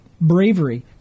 bravery